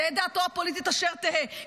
תהא דעתו הפוליטית אשר תהא,